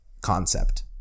concept